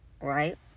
right